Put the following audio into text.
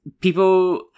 People